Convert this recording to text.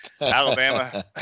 Alabama